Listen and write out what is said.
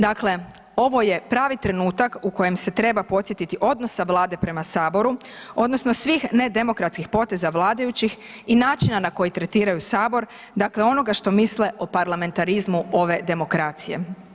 Dakle, ovo je pravi trenutak u kojem se treba podsjetiti odnosa Vlade prema saboru odnosno svih nedemokratskih poteza vladajućih i načina na koji tretiraju sabor, dakle onoga što misle o parlamentarizmu ove demokracije.